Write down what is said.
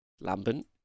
lambent